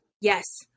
yes